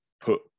put